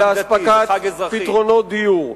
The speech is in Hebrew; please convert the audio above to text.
לאספקת פתרונות דיור.